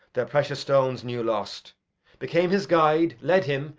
their precious stones new lost became his guide, led him,